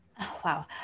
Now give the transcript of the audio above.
Wow